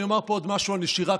אני אומר פה עוד משהו על נשירה.